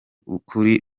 kuri